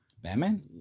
Batman